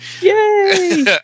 Yay